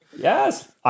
Yes